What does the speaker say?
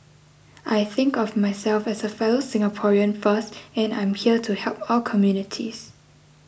I think of myself as a fellow Singaporean first and I'm here to help all communities